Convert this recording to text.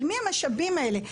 של מי המשאבים האלה?